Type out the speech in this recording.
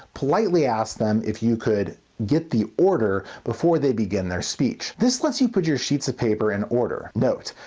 politely ask them if you could get the order before they begin their speech. this lets you put your sheets of paper in order. note,